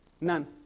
none